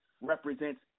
represents